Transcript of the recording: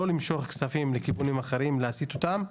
לא למשוך כספים לכיוונים אחרים ולהסיט אותם,